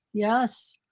yes,